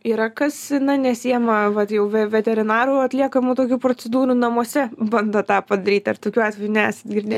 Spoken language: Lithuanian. yra kas na nesiima vat jau ve veterinarų atliekamų tokių procedūrų namuose bando tą padaryt ar tokių atvejų nesat girdėję